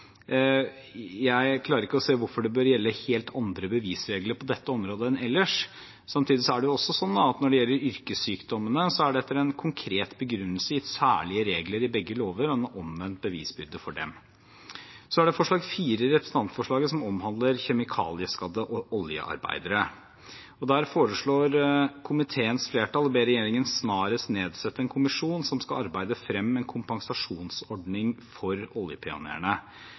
Jeg klarer ikke å se hvorfor det bør gjelde helt andre bevisregler på dette området enn ellers. Samtidig er det sånn at når det gjelder yrkessykdommer, er det etter en konkret begrunnelse gitt særlige regler i begge lover om omvendt bevisbyrde for dem. Forslag 4 i representantforslaget omhandler kjemikalieskadde oljearbeidere. Der foreslår komiteens flertall å be regjeringen snarest nedsette en kommisjon som skal arbeide frem en kompensasjonsordning for